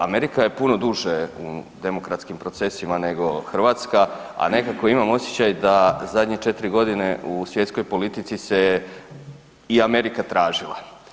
Amerika je puno duže u demokratskim procesima nego Hrvatska, a nekako imam osjećaj da zadnje 4 godine u svjetskoj politici se i Amerika tražila.